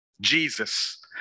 Jesus